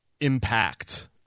impact